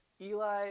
Eli